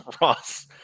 Ross